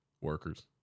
workers